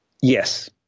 Yes